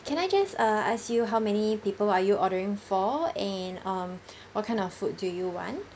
can I just uh ask you how many people are you ordering for and um what kind of food do you want